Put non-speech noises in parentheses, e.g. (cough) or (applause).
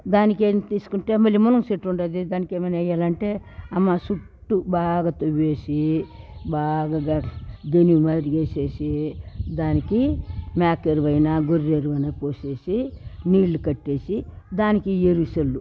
దానికి ఏం తీసుకుంటే మల్లి మునగ చెట్టు ఉండది దానికేమన్నా వేయాలంటే అమ్మ చుట్టూ బాగా తవ్వేసి బాగా (unintelligible) దానికి మేక ఎరువైన గొర్రె ఎరువైన పోసేసి నీళ్ళు కట్టేసి దానికి ఎరువు చల్లు